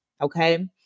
okay